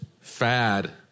fad